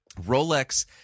Rolex